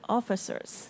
officers